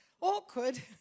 Awkward